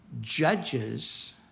judges